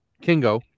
Kingo